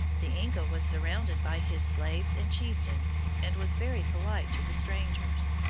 the inca was surrounded by his slaves and chieftains, and was very polite to the strangers.